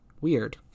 weird